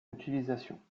utilisation